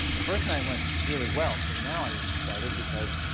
the first night went really well. so now i was excited because